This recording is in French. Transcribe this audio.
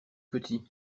petits